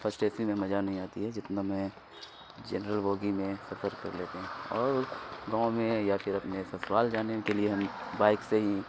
first AC سی میں مزہ نہیں آتی ہے جتنا میں جنرل بوگی میں سفر کر لیتے ہیں اور گاؤں میں یا پھر اپنے سسرال جانے کے لیے ہم بائک سے ہی